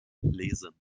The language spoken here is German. lesen